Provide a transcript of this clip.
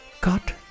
Cut